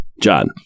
John